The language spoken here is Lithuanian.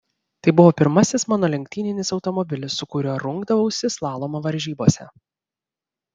tai buvo pirmasis mano lenktyninis automobilis su kuriuo rungdavausi slalomo varžybose